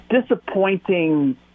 disappointing